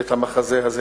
והמחזה הזה,